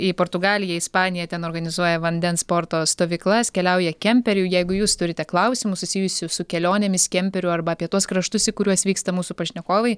į portugaliją ispaniją ten organizuoja vandens sporto stovyklas keliauja kemperiu jeigu jūs turite klausimų susijusių su kelionėmis kemperiu arba apie tuos kraštus į kuriuos vyksta mūsų pašnekovai